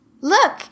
Look